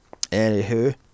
Anywho